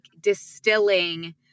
distilling